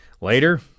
Later